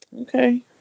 Okay